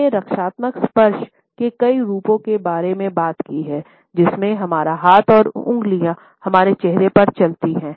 हम ने रक्षात्मक स्पर्श के कई रूपों के बारे में बात की है जिसमें हमारा हाथ और उंगली हमारे चेहरे पर चलती है